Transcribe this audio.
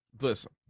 Listen